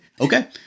okay